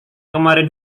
kemarin